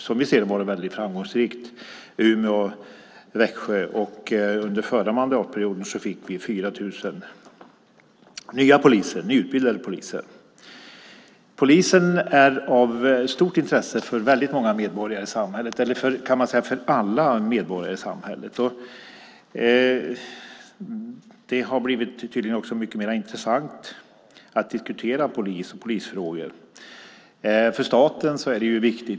Som vi ser det har det varit mycket framgångsrikt. Under den förra mandatperioden fick vi 4 000 nyutbildade poliser. Polisen är av stort intresse för väldigt många medborgare i samhället. Man kan säga att den är av stort intresse för alla medborgare i samhället. Det har tydligen också blivit mycket mer intressant att diskutera polisen och polisfrågor. För staten är polisen viktig.